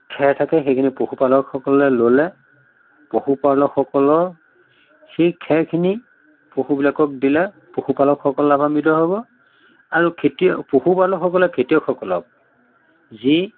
খেৰ থাকে সেইখিনি পশুপালকসকলে ল'লে পশুপালকসকলৰ সেই খেৰখিনি পশুবিলাকক দিলে পশুপালকসকল লাভাৱিত হ'ব আৰু খেতিয়ক পশুপালকসকলে খেতিয়কসকলক যি